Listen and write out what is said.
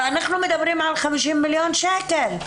ואנחנו מדברים על 50 מיליון שקל.